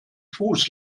fuß